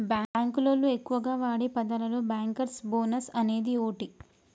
బాంకులోళ్లు ఎక్కువగా వాడే పదాలలో బ్యాంకర్స్ బోనస్ అనేది ఓటి